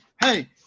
hey